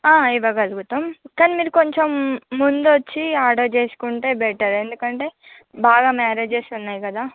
ఇవ్వగలుగుతాము కానీ మీరు కొంచెం ముందు వచ్చి ఆర్డర్ చేసుకుంటే బెటర్ ఎందుకంటే బాగా మ్యారెజెస్ ఉన్నాయి కదా